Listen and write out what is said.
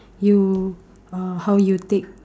you uh how you take